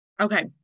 okay